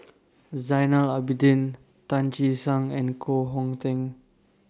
Zainal Abidin Tan Che Sang and Koh Hong Teng